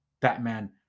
Batman